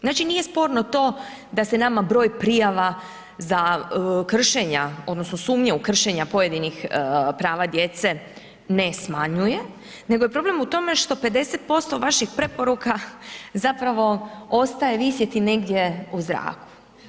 Znači nije sporno to, da se nama broj prijava za kršenja, odnosno, sumnje u kršenje pojedinih prava djece ne smanjuje, nego je problem u tome, što 50% vaših preporuka, zapravo ostaje vidjeti negdje u zraku.